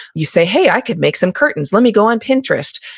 you say, hey, i could make some curtains. let me go on pinterest.